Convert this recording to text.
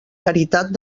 caritat